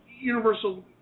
universal